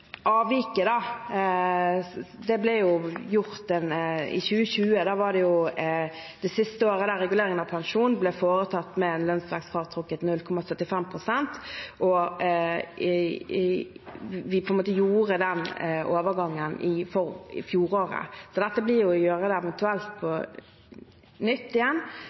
ble gjort i 2020. Det var det siste året der regulering av pensjon ble foretatt med lønnsveksten fratrukket 0,75 pst. Vi gjorde den overgangen for fjoråret. Så dette blir å gjøre det eventuelt på nytt igjen,